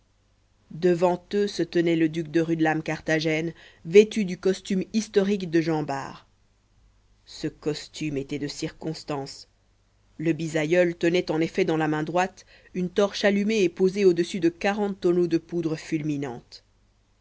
devant eux se tenait le duc de rudelame carthagène vêtu du costume historique de jean bart ce costume était de circonstance le bisaïeul tenait en effet dans la main droite une torche allumée et posée au-dessus de quarante tonneaux de poudre fulminante